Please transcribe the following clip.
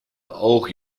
auch